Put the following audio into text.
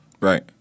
Right